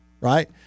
right